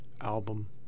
album